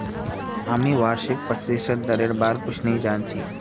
हामी वार्षिक प्रतिशत दरेर बार कुछु नी जान छि